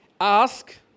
ask